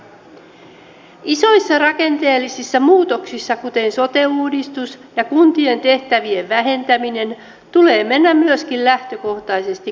myöskin isoissa rakenteellisissa muutoksissa kuten sote uudistuksessa ja kuntien tehtävien vähentämisessä tulee mennä lähtökohtaisesti kuntalainen edellä